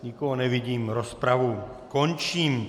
Nikoho nevidím, rozpravu končím.